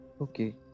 okay